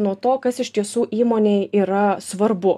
nuo to kas iš tiesų įmonei yra svarbu